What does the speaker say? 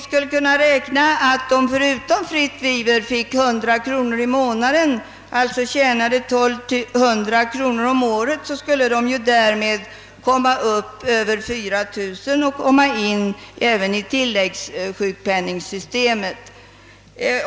Om hemmadöttrarna förutom fritt vivre fick 100 kronor i månaden, alltså 1200 kronor om året, skulle de därmed förtjäna över 4 000 kronor och även få rätt till tilläggssjukpenning.